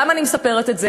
למה אני מספרת את זה?